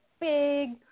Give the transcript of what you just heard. big